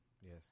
yes